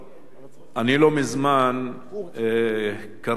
מזמן קראתי ספר